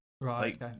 Right